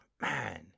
man